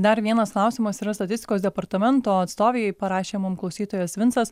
dar vienas klausimas yra statistikos departamento atstovei parašė mum klausytojas vincas